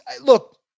Look